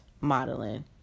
modeling